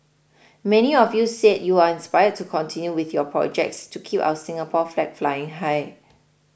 many of you said you are inspired to continue with your projects to keep our Singapore flag flying high